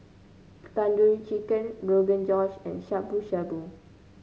Tandoori Chicken Rogan Josh and Shabu Shabu